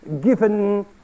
given